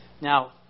Now